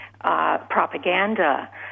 propaganda